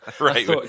Right